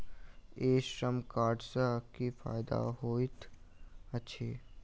ई श्रम कार्ड सँ की फायदा होइत अछि?